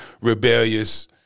rebellious